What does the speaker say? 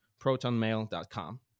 protonmail.com